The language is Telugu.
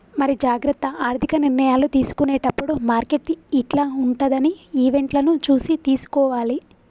మరి జాగ్రత్త ఆర్థిక నిర్ణయాలు తీసుకునేటప్పుడు మార్కెట్ యిట్ల ఉంటదని ఈవెంట్లను చూసి తీసుకోవాలి